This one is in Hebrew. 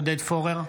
עודד פורר,